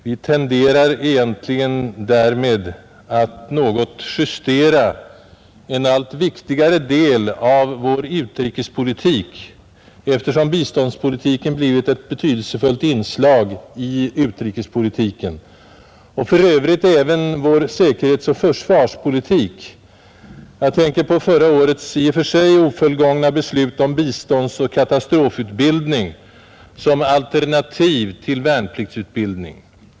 Vi tenderar egentligen därmed att något justera en allt viktigare del av vår utrikespolitik, eftersom biståndspolitiken blivit ett viktigt inslag i utrikespolitiken och för övrigt även i vår säkerhetsoch försvarspolitik. Jag tänker på förra årets i och för sig ofullgångna beslut om biståndsoch katastrofut bildning som alternativ till värnpliktsutbildning.